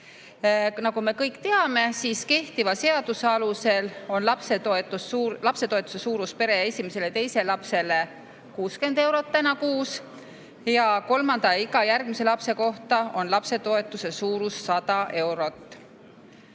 Nagu me kõik teame, on kehtiva seaduse alusel lapsetoetuse suurus pere esimesele ja teisele lapsele praegu 60 eurot kuus ning kolmanda ja iga järgmise lapse kohta on lapsetoetuse suurus 100 eurot.